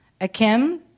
Akim